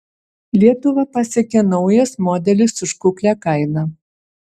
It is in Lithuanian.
lietuvą pasiekė naujas modelis už kuklią kainą